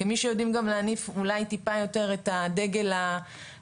כמי שיודעים גם להניף אולי טיפה יותר את הדגל הביטחוני,